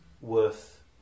worth